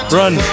run